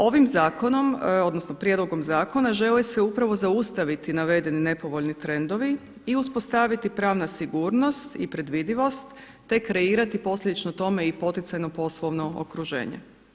Ovim zakonom, odnosno prijedlogom zakona želi se upravo zaustaviti navedeni nepovoljni trendovi i uspostaviti pravna sigurnost i predvidivost te kreirati posljedično tome i poticajno poslovno okruženje.